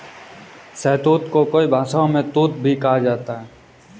शहतूत को कई भाषाओं में तूत भी कहा जाता है